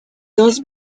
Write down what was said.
dos